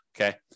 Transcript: okay